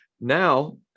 Now